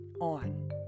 on